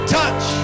touch